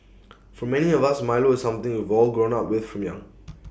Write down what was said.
for many of us milo is something we've all grown up with from young